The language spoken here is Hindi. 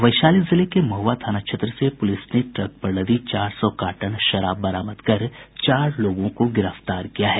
वैशाली जिले के महुआ थाना क्षेत्र से पुलिस ने ट्रक पर लदी चार सौ कार्टन शराब बरामद कर चार लोगों को गिरफ्तार किया है